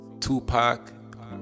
Tupac